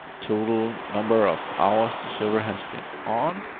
total number of hours the server has been on.